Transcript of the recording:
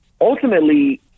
Ultimately